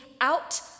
out